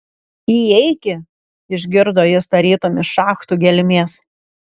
įeiki išgirdo jis tarytum iš šachtų gelmės